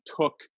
took